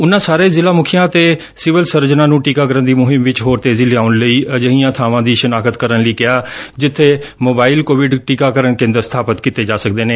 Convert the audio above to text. ਉਨੂਾਂ ਸਾਰੇ ਜ਼ਿਲ੍ਹਾ ਮੁਖੀਆਂ ਤੇ ਸਿਵਲ ਸਰਜਨਾਂ ਨੂੰ ਟੀਕਾਕਰਨ ਦੀ ਮੁਹਿੰਮ ਵਿਚ ਹੋਰ ਤੇਜ਼ੀ ਲਿਆਉਣ ਲਈ ਅਜਿਹੀਆਂ ਬਾਵਾਂ ਦੀ ਸ਼ਨਾਖਤ ਕਰਨ ਲਈ ਕਿਹਾ ਜਿੱਥੇ ਮੋਬਾਈਲ ਕੋਵਿਡ ਟੀਕਾਕਰਨ ਕੇ ਦਰ ਸਬਾਪਤ ਕੀਤੇ ਜਾ ਸਕਦੇ ਨੇ